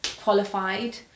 qualified